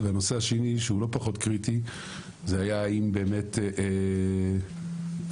והנושא השני שהוא לא פחות קריטי זה היה האם באמת התוצאה